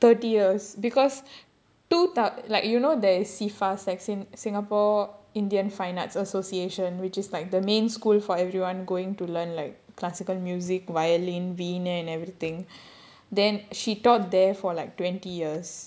thirty years because like you know there is S_I_F_A_A singapore indian fine arts association which is like the main school for everyone going to learn like classical music violin veena and everything then she taught there for like twenty years